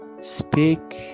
speak